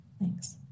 Thanks